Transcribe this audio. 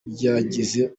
byagize